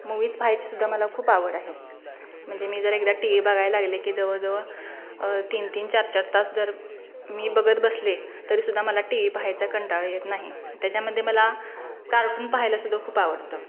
movies पाहायची सुद्धा मला खूप आवड आहे म्हणजे मी जर एकदा टी व्ही बघायला लागले की जवळ जवळ तीन तीन चार चार तास जर मी बघत बसले तरी सुद्धा मला टी व्ही पाहायचा कंटाळा येत नाही त्याच्यामध्ये मला कार्टून पहायला सुद्धा खूप आवडतं